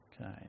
Okay